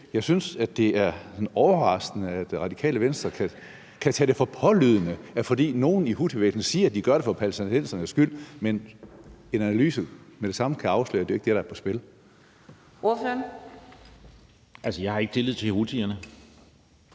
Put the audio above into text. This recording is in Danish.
Jeg synes, at det er overraskende, at Radikale Venstre kan tage det for pålydende, når nogle i houthibevægelsen siger, at de gør det for palæstinensernes skyld, mens en analyse med det samme kan afsløre, at det jo ikke er det, der er på spil. Kl. 11:14 Fjerde næstformand